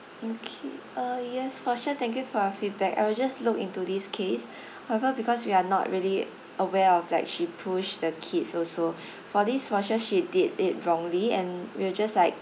okay uh yes for sure thank you for your feedback I will just look into this case however because we're not really aware of like she pushed the kids also for this for sure she did it wrongly and we'll just like